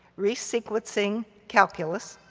resequencing calculus,